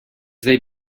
they